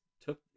took –